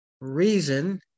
reason